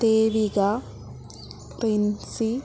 Devika प्रिन्सि